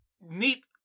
neat